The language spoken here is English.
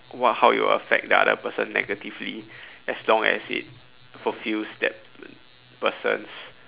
what how it will affect the other person negatively as long as it fulfills that person's